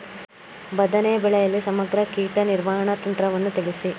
ಬದನೆ ಬೆಳೆಯಲ್ಲಿ ಸಮಗ್ರ ಕೀಟ ನಿರ್ವಹಣಾ ತಂತ್ರವನ್ನು ತಿಳಿಸಿ?